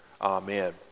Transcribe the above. Amen